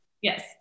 Yes